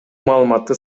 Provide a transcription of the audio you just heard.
маалыматты